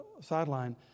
sideline